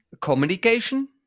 communication